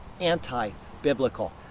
anti-biblical